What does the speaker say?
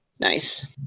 Nice